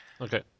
Okay